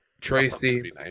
Tracy